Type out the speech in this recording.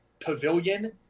pavilion